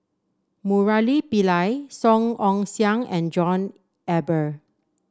Murali Pillai Song Ong Siang and John Eber